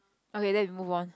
okay then we move on